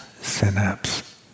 synapse